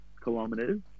kilometers